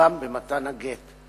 לחייבו במתן הגט.